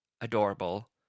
Adorable